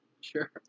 Sure